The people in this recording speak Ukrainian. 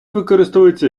використовується